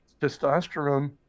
Testosterone